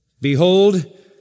Behold